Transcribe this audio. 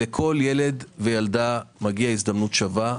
לכל ילד וילדה מגיעה הזדמנות שווה,